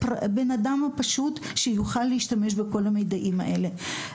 הבן האדם הפשוט שיוכל להשתמש בכל המידעים האלה.